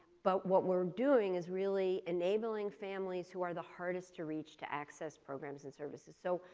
but what we're doing is really enabling families who are the hardest to reach to access programs and services. so,